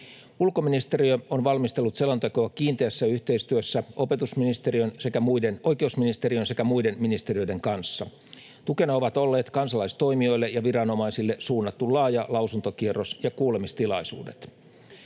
Ulkoministeriö on valmistellut selontekoa kiinteässä yhteistyössä oikeusministeriön sekä muiden ministeriöiden kanssa. Tukena ovat olleet kansalaistoimijoille ja viranomaisille suunnattu laaja lausuntokierros ja kuulemistilaisuudet.